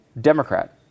Democrat